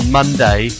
Monday